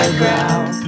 ground